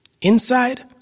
Inside